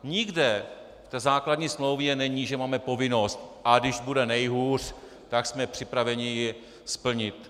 Nikde v základní smlouvě není, že máme povinnost, a když bude nejhůř, tak jsme připraveni ji splnit.